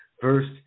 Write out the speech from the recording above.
first